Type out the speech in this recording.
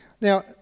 Now